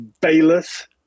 Bayless